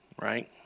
Right